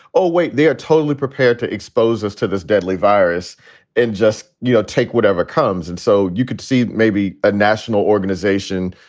oh, wait, they are totally prepared to expose us to this deadly virus and just you know take whatever comes. and so you could see maybe a national organization,